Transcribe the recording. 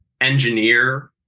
engineer